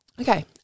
Okay